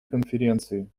конференции